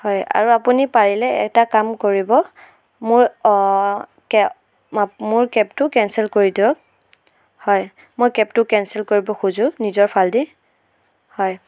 হয় আৰু আপুনি পাৰিলে এটা কাম কৰিব মোৰ কেব মোৰ কেবটো কেনচেল কৰি দিয়ক হয় মই কেবটো কেনচেল কৰিব খোজোঁ নিজৰফালেদি হয়